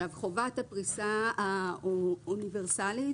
חובת הפריסה האוניברסלית,